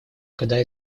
когда